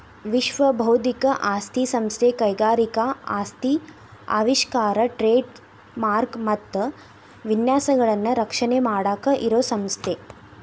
ವಿಶ್ವ ಬೌದ್ಧಿಕ ಆಸ್ತಿ ಸಂಸ್ಥೆ ಕೈಗಾರಿಕಾ ಆಸ್ತಿ ಆವಿಷ್ಕಾರ ಟ್ರೇಡ್ ಮಾರ್ಕ ಮತ್ತ ವಿನ್ಯಾಸಗಳನ್ನ ರಕ್ಷಣೆ ಮಾಡಾಕ ಇರೋ ಸಂಸ್ಥೆ